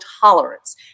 tolerance